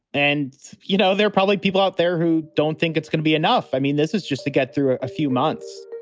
and, you know, there are probably people out there who don't think it's going to be enough i mean, this is just to get through a few months